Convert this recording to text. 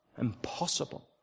Impossible